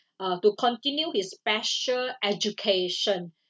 uh to continue his special education